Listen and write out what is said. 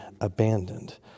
abandoned